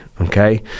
okay